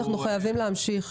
אנחנו חייבים להמשיך.